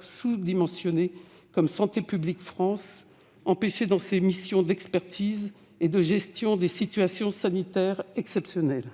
sous-dimensionnées comme Santé publique France, empêchée dans ses missions d'expertises et de gestion des situations sanitaires exceptionnelles.